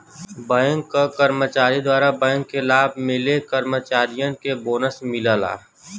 bank क कर्मचारी द्वारा बैंक के लाभ मिले कर्मचारियन के बोनस मिलला